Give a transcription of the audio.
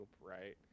right